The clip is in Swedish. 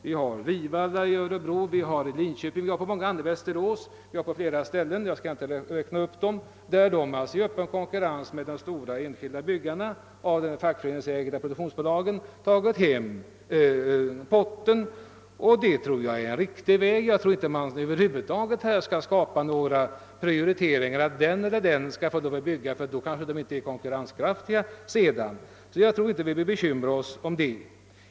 Vi har Vivalla i Örebro, vi har företag i Linköping och i Västerås för att nu bara nämna några fall, där BPA i öppen konkurrens med de största byggarna tagit hem potten. Detta anser jag vara en riktig väg. Jag tror att det över huvud taget inte bör göras några prioriteringar som går ut på att den eller den skall få lov att bygga, ty då kanske företagen sedan inte blir konkurrenskraftiga.